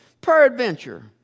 Peradventure